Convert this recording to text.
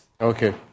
okay